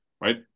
right